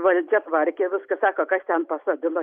valdžia tvarkė viską sako kas ten pasodino